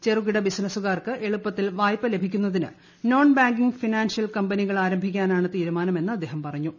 ചെറുകിട ബിസിനസ്സുകാർക്ക് എളുപ്പത്തിൽ വായ്പ ലഭിക്കുന്നതിന് നോൺ ബാങ്കിംഗ് ഫിനാൻഷ്യൽ പ്രക്മ്പനികൾ ആരംഭിക്കാനാണ് തീരുമാനമെന്ന് അദ്ദേഹം പറഞ്ഞ്